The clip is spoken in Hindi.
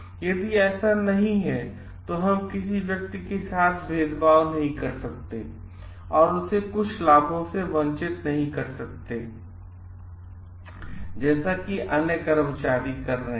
यदि ऐसा नहीं है तो हम किसी व्यक्ति के साथ भेदभाव नहीं कर सकते हैं और उसे कुछ लाभों से वंचित कर सकते हैं जैसे कि अन्य कर्मचारी कर रहे हैं